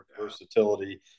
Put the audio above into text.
versatility